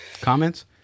Comments